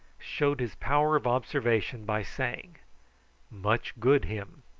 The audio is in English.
showed his power of observation by saying much good him.